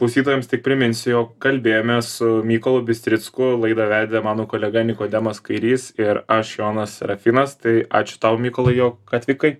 klausytojams tik priminsiu jog kalbėjomės su mykolu bistricku laidą vedė mano kolega nikodemas kairys ir aš jonas serafinas tai ačiū tau mykolai jog atvykai